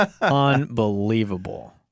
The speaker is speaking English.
unbelievable